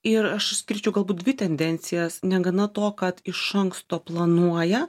ir aš išskirčiau galbūt dvi tendencijas negana to kad iš anksto planuoja